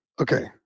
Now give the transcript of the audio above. okay